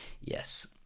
Yes